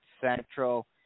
Central